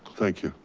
thank you,